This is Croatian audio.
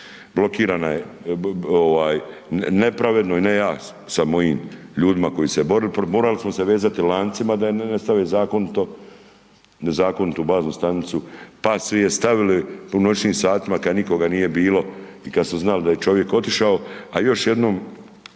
blokirana je, nepravedno, ne ja sa mojim ljudima koji su se borili, morali smo se vezati lancima da ne stave zakonito, nezakonitu baznu stanicu pa su je stavili u noćnim satima kad nikoga nije bilo i kad su znali da je čovjek otišao, a još jednom,